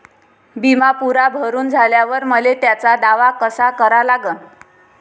बिमा पुरा भरून झाल्यावर मले त्याचा दावा कसा करा लागन?